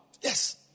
Yes